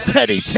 Teddy